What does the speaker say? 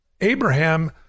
Abraham